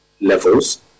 levels